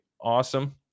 awesome